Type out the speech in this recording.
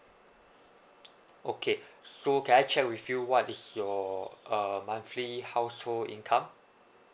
okay so can I check with you what is your um monthly household income